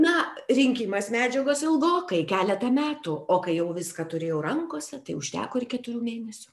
na rinkimas medžiagos ilgokai keletą metų o kai jau viską turėjau rankose tai užteko ir keturių mėnesių